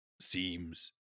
seems